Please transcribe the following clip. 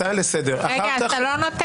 הצעה לסדר, אחר כך --- אתה לא נותן לי?